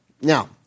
Now